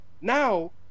now